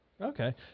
okay